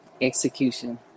execution